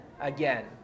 again